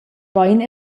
bein